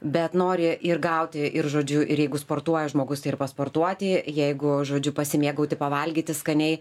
bet nori ir gauti ir žodžiu ir jeigu sportuoja žmogus tai ir pasportuoti jeigu žodžiu pasimėgauti pavalgyti skaniai